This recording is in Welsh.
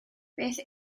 beth